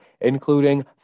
including